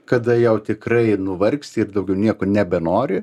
kada jau tikrai nuvargsti ir daugiau nieko nebenori